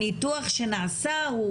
הניתוח שנעשה,